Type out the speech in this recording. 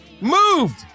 moved